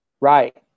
Right